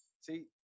See